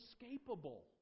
inescapable